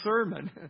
sermon